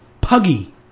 puggy